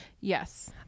yes